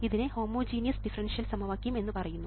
ഇതിനെ homogeneous differential സമവാക്യം എന്നുപറയുന്നു